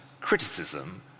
criticism